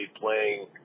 playing